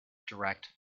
direct